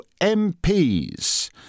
MPs